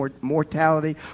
mortality